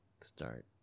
Start